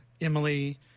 emily